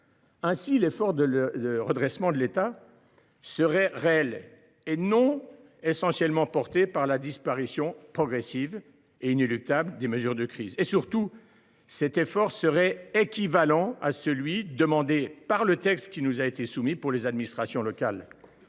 Ainsi, l’effort de redressement de l’État serait réel et non essentiellement porté par la disparition progressive et inéluctable des mesures de crise. Surtout, cet effort serait équivalent à celui qui est demandé aux administrations locales